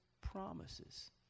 promises